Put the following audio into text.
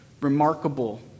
remarkable